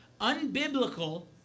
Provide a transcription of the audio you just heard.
unbiblical